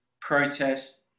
protests